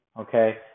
Okay